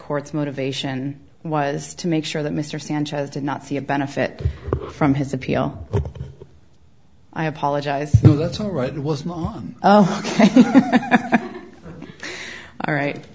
court's motivation was to make sure that mr sanchez did not see a benefit from his appeal i apologize that's all right